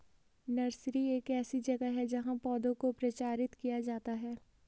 nursery एक ऐसी जगह है जहां पौधों को प्रचारित किया जाता है